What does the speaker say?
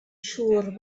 siŵr